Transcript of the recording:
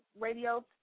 radio